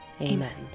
amen